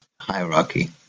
hierarchy